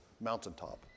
mountaintop